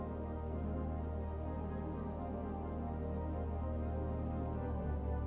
or